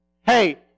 Hey